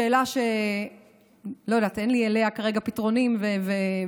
זו שאלה שאין לי עליה כרגע פתרונים ותשובות,